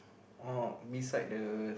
oh beside the